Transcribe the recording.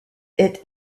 est